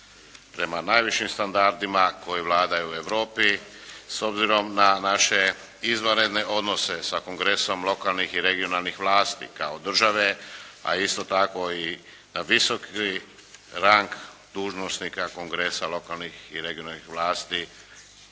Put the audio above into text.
prema najvišim standardima koji vladaju i u Europi. S obzirom na naše izvanredne odnose, sa kongresom lokalnih i regionalnih vlasti, kao države, a isto tako i na visoki rang dužnosnika kongresa lokalnih i regionalnih vlasti